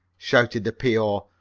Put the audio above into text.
shouted the p o.